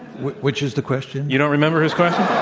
which which is the question? you don't remember his question?